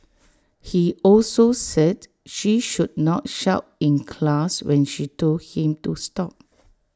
he also said she should not shout in class when she told him to stop